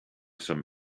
some